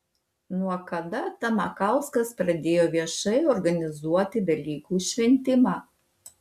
nuo kada tamakauskas pradėjo viešai organizuoti velykų šventimą